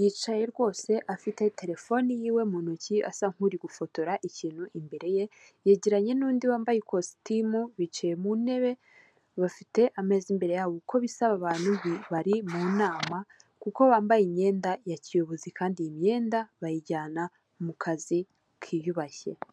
yicaye rwose afite terefone yiwe mu ntoki asa nkuri gufotora ikintu imbere ye, yegeranye n'undi wambaye ikositimu bicaye mu ntebe bafite ameza imbere yabo, uko bisaba abantu bari mu nama kuko bambaye imyenda ya kiyobozizi kandi iyi myenda bayijyana mu muka kiyubashye.